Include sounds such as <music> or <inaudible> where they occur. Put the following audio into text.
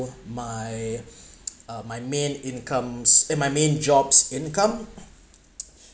my <breath> uh my main incomes in my main jobs income